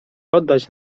oddać